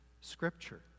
Scripture